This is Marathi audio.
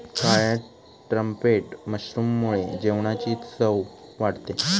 काळ्या ट्रम्पेट मशरूममुळे जेवणाची चव वाढते